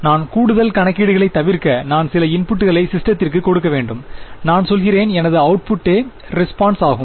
நான் கூடுதல் கணக்கீடுகளை தவிர்க்க நான் சில இன்புட்களை சிஸ்டத்திற்கு கொடுக்க வேண்டும் நான் சொல்கிறேன் எனது அவுட்புட்டே ஐம்புலஸ் ரெஸ்பான்ஸ் ஆகும்